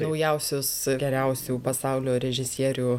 naujausius geriausių pasaulio režisierių